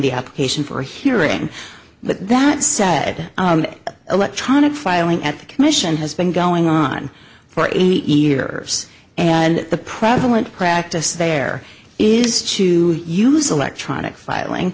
the application for hearing but that said electronic filing at the commission has been going on for eight years and the prevalent practice there is to use electronic filing